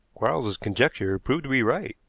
quarles's conjecture proved to be right.